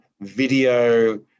video